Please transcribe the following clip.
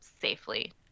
safely